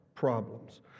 problems